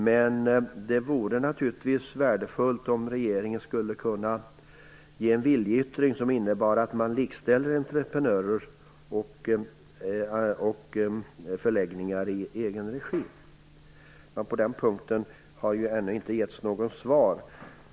Men det vore naturligtvis värdefullt om regeringen kunde ge en viljeyttring som innebär att entreprenörer och förläggningar i egen regi likställs med förläggningar i offentlig regi. På den punkten har det ej ännu getts något svar.